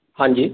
हाँ जी